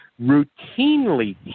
routinely